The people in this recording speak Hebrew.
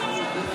נגד: